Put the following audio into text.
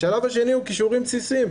השלב השני הוא כישורים בסיסיים.